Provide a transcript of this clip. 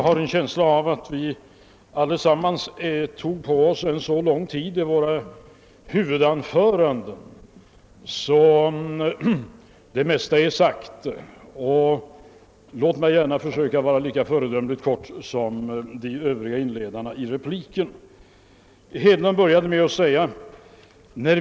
Herr talman! Vi tog allesammans så lång tid på oss i våra huvudanföranden, att jag har en känsla av att det mesta blivit sagt. Låt mig försöka att fatta mig lika föredömligt kort som de ledamöter som inledde replikskiftet. Herr Hedlund började med att säga följande.